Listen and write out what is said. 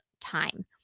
time